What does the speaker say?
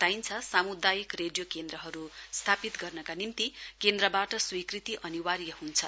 बताइन्छ सामुदायिक रेडियो केन्द्रहरू स्थापित गर्नका निम्ति केन्द्रबाट स्वीकृति अनिवार्य हुन्छ